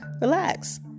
relax